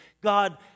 God